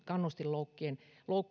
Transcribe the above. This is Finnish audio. kannustinloukkujen